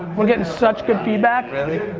we're getting such good feedback. really?